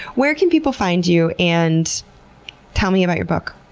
where can people find you, and tell me about your book.